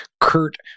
Kurt